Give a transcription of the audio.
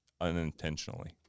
unintentionally